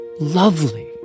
lovely